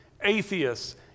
atheists